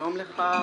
שלום לך,